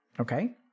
Okay